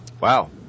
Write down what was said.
Wow